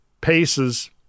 paces